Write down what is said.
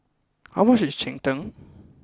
how much is Cheng Tng